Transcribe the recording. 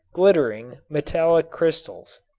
glittering metallic crystals.